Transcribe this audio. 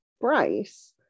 Bryce